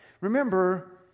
Remember